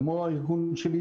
כמו הארגון שלי,